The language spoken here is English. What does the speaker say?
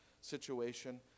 situation